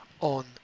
on